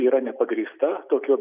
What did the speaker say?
yra nepagrįsta tokių